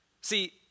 See